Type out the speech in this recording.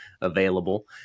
available